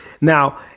Now